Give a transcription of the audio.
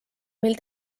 mil